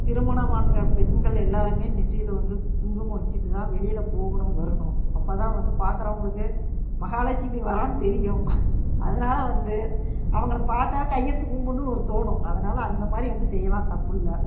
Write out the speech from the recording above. திருமணமான பெண்கள் எல்லோருமே நெற்றியில் வந்து குங்குமம் வெச்சுட்டுதான் வெளியில் போகணும் வரணும் அப்போ தான் வந்து பாக்கிறவுங்களுக்கு மகாலெட்சுமி வரான்னு தெரியும் அதனால் வந்து அவங்கள பார்த்தா கையெடுத்து கும்புடணுன்னு ஒரு தோணும் அதனால் அந்த மாதிரி வந்து செய்யலாம் தப்பு இல்லை